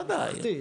בוודאי,